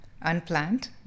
unplanned